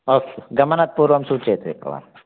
अस्तु गमनात् पूर्वं सूचयतु एकवारम्